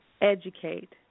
educate